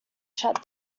shut